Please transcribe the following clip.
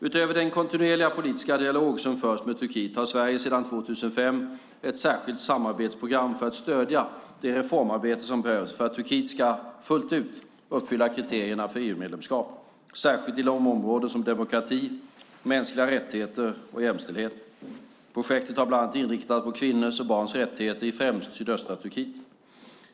Utöver den kontinuerliga politiska dialog som förs med Turkiet har Sverige sedan 2005 ett särskilt samarbetsprogram för att stödja det reformarbete som behövs för att Turkiet fullt ut ska uppfylla kriterierna för EU-medlemskap, särskilt inom områden som demokrati, mänskliga rättigheter och jämställdhet. Projekten har bland annat inriktats på kvinnors och barns rättigheter i främst sydöstra Turkiet.